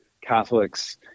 Catholics